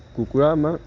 কুকুৰা আমাৰ